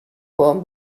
will